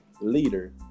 leader